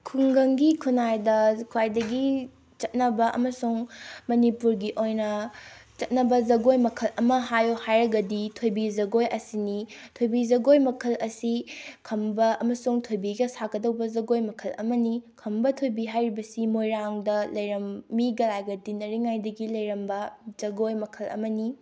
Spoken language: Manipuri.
ꯈꯨꯡꯒꯪꯒꯤ ꯈꯨꯟꯅꯥꯏꯗ ꯈ꯭ꯋꯥꯏꯗꯒꯤ ꯆꯠꯅꯕ ꯑꯃꯁꯨꯡ ꯃꯅꯤꯄꯨꯔꯒꯤ ꯑꯣꯏꯅ ꯆꯠꯅꯕ ꯖꯒꯣꯏ ꯃꯈꯜ ꯑꯃ ꯍꯥꯏꯌꯣ ꯍꯥꯏꯔꯒꯗꯤ ꯊꯣꯏꯕꯤ ꯖꯒꯣꯏ ꯑꯁꯤꯅꯤ ꯊꯣꯏꯕꯤ ꯖꯒꯣꯏ ꯃꯈꯜ ꯑꯁꯤ ꯈꯝꯕ ꯑꯃꯁꯨꯡ ꯊꯣꯏꯕꯤꯒ ꯁꯥꯒꯗꯧꯕ ꯖꯒꯣꯏ ꯃꯈꯜ ꯑꯃꯅꯤ ꯈꯝꯕ ꯊꯣꯏꯕꯤ ꯍꯥꯏꯔꯤꯕꯁꯤ ꯃꯣꯏꯔꯥꯡꯗ ꯃꯤꯒ ꯂꯥꯏꯒ ꯇꯤꯟꯅꯔꯤꯉꯩꯗꯒꯤ ꯂꯩꯔꯝꯕ ꯖꯒꯣꯏ ꯃꯈꯜ ꯑꯃꯅꯤ